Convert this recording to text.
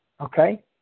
Okay